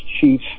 chief